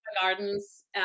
Gardens